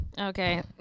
Okay